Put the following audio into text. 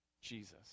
Jesus